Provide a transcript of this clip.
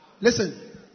Listen